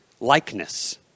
likeness